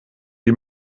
die